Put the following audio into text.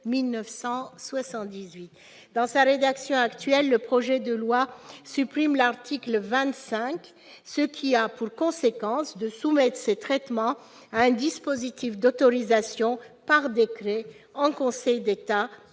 Dans sa rédaction actuelle, le projet de loi supprime l'article 25, ce qui a pour conséquence de soumettre ces traitements à un dispositif d'autorisation par décret en Conseil d'État,